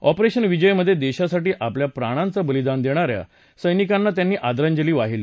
ऑपरध्मि विजय मध्या दशांसाठी आपल्या प्राणांचं बलिदान दशांच्या सैनिकांना त्यांनी आदरांजली वाहिली